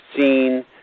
seen